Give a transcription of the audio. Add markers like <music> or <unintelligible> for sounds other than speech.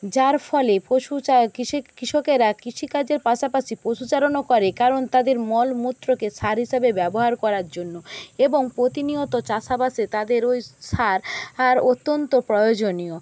যার ফলে <unintelligible> কৃষকেরা কৃষিকাজের পাশাপাশি পশুচারণও করে কারণ তাদের মলমূত্রকে সার হিসাবে ব্যবহার করার জন্য এবং প্রতিনিয়ত চাষাবাসে তাদের ওই সার অত্যন্ত প্রয়োজনীয়